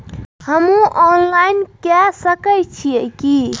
हमू loan online के सके छीये की?